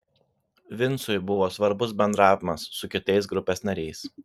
vincui buvo svarbus bendravimas su kitais grupės nariais